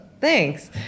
Thanks